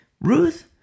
Ruth